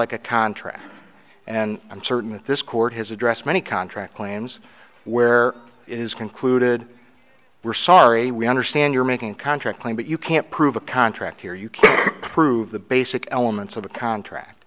like a contract and i'm certain that this court has addressed many contract lands where it is concluded we're sorry we understand you're making a contract claim but you can't prove a contract here you can prove the basic elements of the contract